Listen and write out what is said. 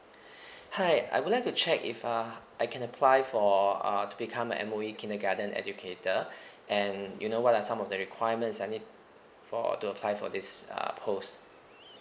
hi I would like to check if uh I can apply for uh to become a M_O_E kindergarten educator and you know what are some of the requirements I need for to apply for this uh host